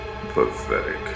Pathetic